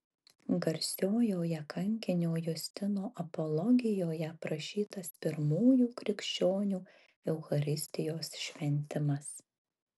garsiojoje kankinio justino apologijoje aprašytas pirmųjų krikščionių eucharistijos šventimas